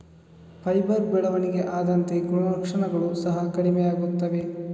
fibre ಬೆಳವಣಿಗೆ ಆದಂತೆ ಗುಣಲಕ್ಷಣಗಳು ಸಹ ಕಡಿಮೆಯಾಗುತ್ತವೆ